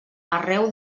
arreu